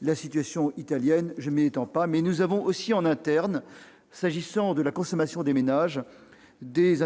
la situation italienne. Je ne m'étends pas. En interne, il y a des incertitudes s'agissant de la consommation des ménages. En effet,